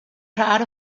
proud